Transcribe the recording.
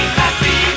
happy